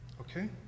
Okay